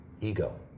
Ego